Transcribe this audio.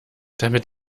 damit